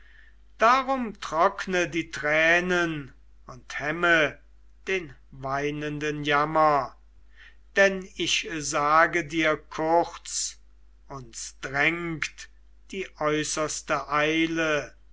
darum trockne die tränen und hemme den weinenden jammer denn ich sage dir kurz uns dringt die äußerste eile